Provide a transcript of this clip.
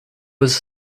was